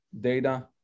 data